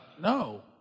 no